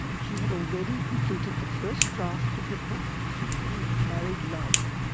she had already completed the first draft of the book she called married love.